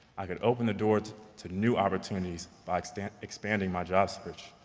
i could open the door to new opportunities by expanding expanding my job search,